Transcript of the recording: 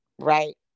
right